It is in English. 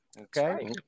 okay